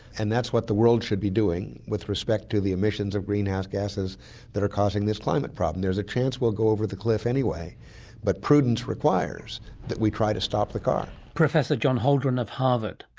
and that's what the world should be doing with respect to the emissions of greenhouse gases that are causing this climate problem. there's a chance we'll go over the cliff anyway but prudence requires that we try to stop the car. professor john holdren of harvard.